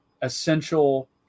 essential